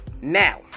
Now